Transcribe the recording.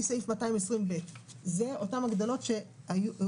סעיף 220ב. אלה אותן הגדלות שהובטחו,